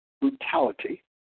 brutality